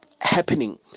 happening